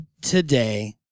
today